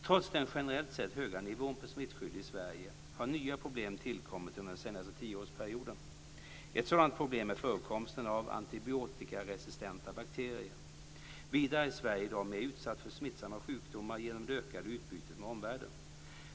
Trots den generellt sett höga nivån på smittskyddet i Sverige har nya problem tillkommit under den senaste tioårsperioden. Ett sådant problem är förekomsten av antibiotikaresistenta bakterier. Vidare är Sverige i dag mer utsatt för smittsamma sjukdomar genom det ökade utbytet med omvärlden.